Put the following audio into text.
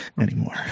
anymore